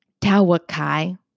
Tawakai